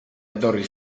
etorri